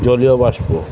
জলীয়বাষ্প